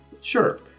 sure